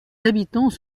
habitants